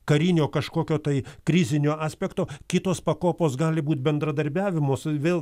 karinio kažkokio tai krizinio aspekto kitos pakopos gali būt bendradarbiavimo su vėl